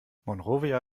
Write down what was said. monrovia